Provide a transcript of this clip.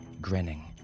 grinning